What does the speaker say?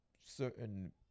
certain